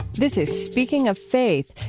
this is speaking of faith.